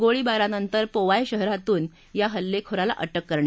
गोळीबारानंतर पोवाय शहरातून या हल्लेखोराला अटक करण्यात आली